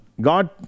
God